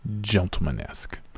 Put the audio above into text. Gentleman-esque